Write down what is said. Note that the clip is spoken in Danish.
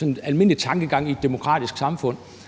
den almindelige tankegang i et demokratisk samfund,